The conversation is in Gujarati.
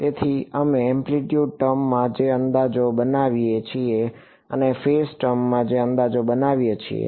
તેથી અમે એમ્પ્લીટ્યુડ ટર્મમાં જે અંદાજો બનાવીએ છીએ અને ફેઝ ટર્મમાં જે અંદાજો બનાવીએ છીએ